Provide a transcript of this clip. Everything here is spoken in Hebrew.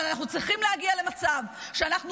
אבל אנחנו צריכים להגיע למצב שאנחנו